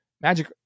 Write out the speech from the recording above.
Magic